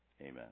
Amen